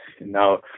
now